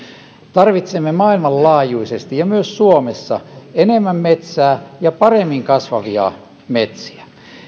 tarvitsemme maailmanlaajuisesti ja myös suomessa enemmän metsää ja paremmin kasvavia metsiä